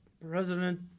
president